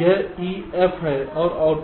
यह E F है और आउटपुट है